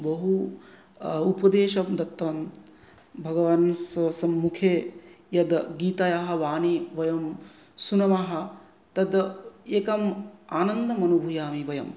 बहु उपदेशं दत्तं भगवान् सम्मुखे यत् गीतायाः वाणी वयं शृणुमः तत् एकं आनन्दम् अनुभवामि वयम्